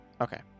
Okay